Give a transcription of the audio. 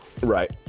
Right